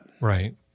Right